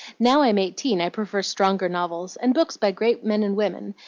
now i'm eighteen i prefer stronger novels, and books by great men and women,